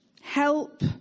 help